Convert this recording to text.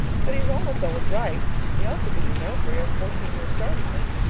but he is almost always right he ought to be, you know, for he has fourteen years' start of me.